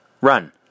run